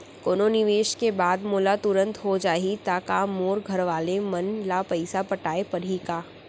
कोनो निवेश के बाद मोला तुरंत हो जाही ता का मोर घरवाले मन ला पइसा पटाय पड़ही का?